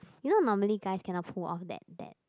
you know normally guys cannot pull off that that